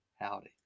howdy